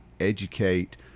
educate